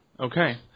Okay